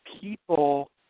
people